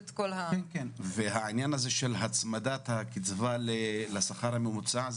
העניין הזה של הצמדת הקצבה לשכר הממוצע,